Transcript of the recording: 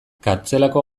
kartzelako